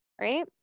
right